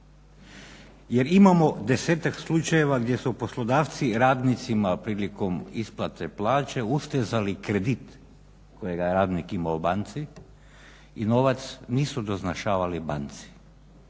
Jer imamo 10-ak slučajeva gdje su poslodavci radnicima prilikom isplate plaće ustezali kredit kojega je radnik imao u banci i novac nisu doznačavali banci.